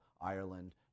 Ireland